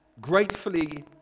Gratefully